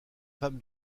femme